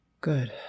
Good